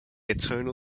atonal